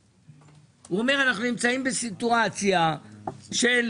הוא אומר שאנחנו נמצאים בסיטואציה בעייתית של